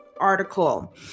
article